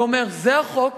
ואומר: זה החוק,